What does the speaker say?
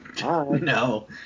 no